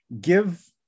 give